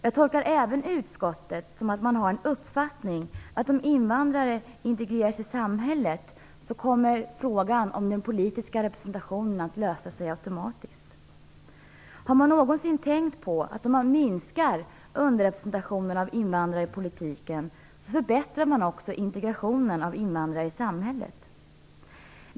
Jag tolkar utskottet även så att man har uppfattningen att om invandrarna integreras i samhället kommer frågan om den politiska representationen att lösa sig automatiskt. Har man någonsin tänkt på att om man minskar underrepresentationen av invandrare i politiken så förbättrar man också integrationen av invandrare i samhället?